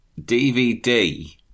DVD